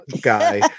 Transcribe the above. guy